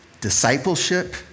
discipleship